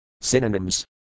Synonyms